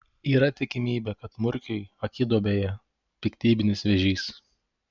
yra tikimybė kad murkiui akiduobėje piktybinis vėžys